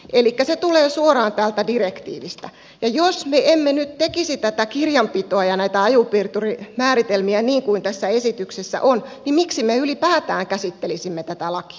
elikkä se tulee suoraan täältä direktiivistä ja jos me emme nyt tekisi tätä kirjanpitoa ja näitä ajopiirturimääritelmiä niin kuin tässä esityksessä on niin miksi me ylipäätään käsittelisimme tätä lakia